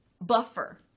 buffer